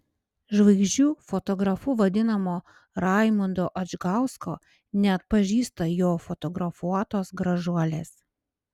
žvaigždžių fotografu vadinamo raimundo adžgausko neatpažįsta jo fotografuotos gražuolės